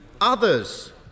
Others